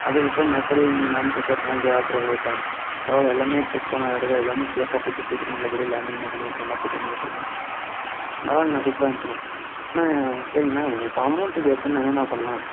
அப்படி ரிட்டன் அப்படியே இங்கே நாமக்கல்க்கு வர்றமாதிரி பரவால்லை எல்லாமே ட்ரிப் போனல் இடம் எல்லாமே ஷேஃபாக கூப்பிட்டு போயிட்டு நல்லபடியாக லேண்டிங்கெலாம் பண்ணிவிட்டு நல்லா கூப்பிட்டுவந்து விட்டீங்க பரவால்லைண்ணா சூப்பராக இருந்துச்சுண்ணா அண்ணா சரிங்கண்ணா இப்போ அமௌண்ட்டுக்கு எப்புடிண்ணா என்னெண்ணா பண்ணலாம்